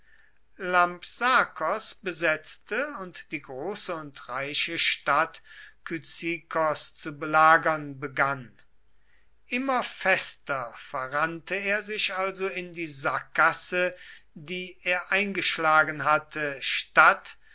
lampsakos besetzte und die große und reiche stadt kyzikos zu belagern begann immer fester verrannte er sich also in die sackgasse die er eingeschlagen hatte statt